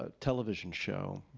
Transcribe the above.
ah television show